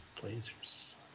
Blazers